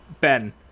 Ben